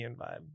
vibe